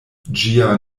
ĝia